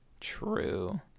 True